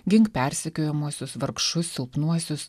gink persekiojamuosius vargšus silpnuosius